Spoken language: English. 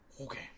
okay